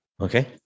Okay